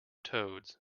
toads